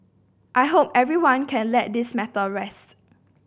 I hope everyone can let this matter rest